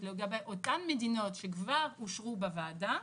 לגבי אותן מדינות שכבר אושרו בוועדה,